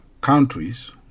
countries